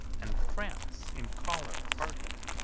and france in choler parted!